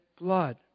blood